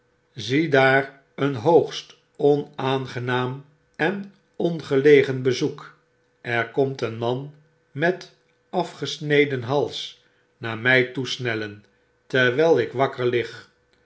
ziedaar een hoogst onaangenaam en ongelegen bezoek er komt een man met afgesneden hals naar mj toesnellen terwyl ik wakker lig